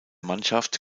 mannschaft